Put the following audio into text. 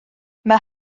mae